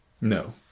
no